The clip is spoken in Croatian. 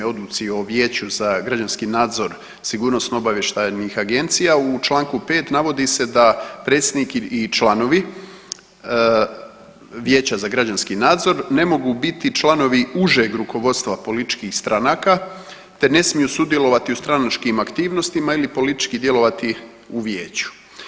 Odluci o Vijeću za građanski nadzor sigurnosno-obavještajnih agencija u čl. 5. navodi se da predsjednik i članovi Vijeća za građanski nadzor ne mogu biti članovi užeg rukovodstva političkih stranaka, te ne smiju sudjelovati u stranačkim aktivnostima ili politički djelovati u vijeću.